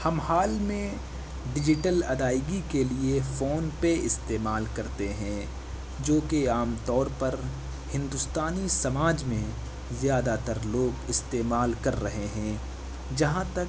ہم حال میں ڈیجیٹل ادائیگی کے لیے فون پے استعمال کرتے ہیں جوکہ عام طور پر ہندوستانی سماج میں زیادہ تر لوگ استعمال کر رہے ہیں جہاں تک